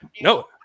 No